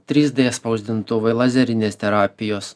trys d spausdintuvai lazerinės terapijos